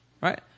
Right